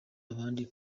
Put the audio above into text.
abandi